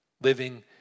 living